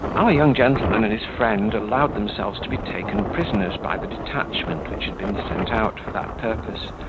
our young gentleman and his friend allowed themselves to be taken prisoners by the detachment which had been sent out for that purpose,